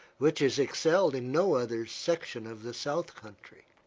which is excelled in no other section of the south country.